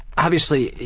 obviously,